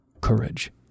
courage